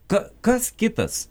ką kas kitas